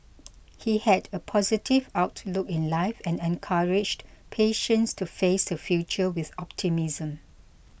he had a positive outlook in life and encouraged patients to face the future with optimism